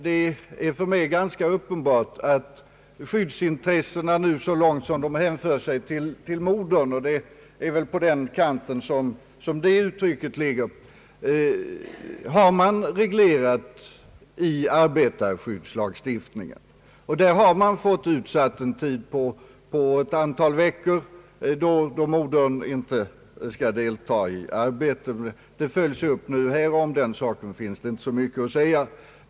Det är för mig uppenbart att skyddsintressena så långt som de hänför sig till modern — och det är väl det saken gäller — har reglerats i arbetarskyddslagstiftningen. Där har man satt ut en tid på ett antal veckor då modern inte skall delta i arbete. Det följs nu upp här, och om den saken finns inte så mycket att säga.